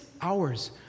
hours